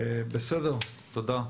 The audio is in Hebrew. תודה.